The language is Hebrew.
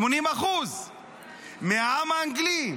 80% מהעם האנגלי.